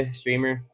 streamer